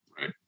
Right